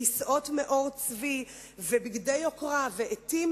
כיסאות מעור צבי ובגדי יוקרה ועטים